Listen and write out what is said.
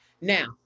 Now